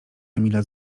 emila